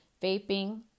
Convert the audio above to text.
vaping